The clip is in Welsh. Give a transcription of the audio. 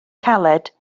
caled